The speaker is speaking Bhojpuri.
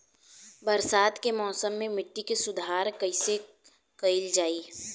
बरसात के मौसम में मिट्टी के सुधार कईसे कईल जाई?